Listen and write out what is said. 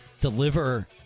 deliver